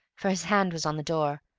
for his hand was on the door.